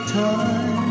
time